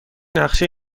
نقشه